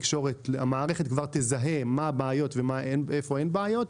המערכת תזהה איפה יש בעיות ואיפה אין בעיות.